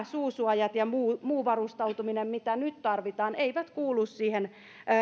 suusuojat ja muu muu varustautuminen mitä nyt tarvitaan eivät kuulu siihen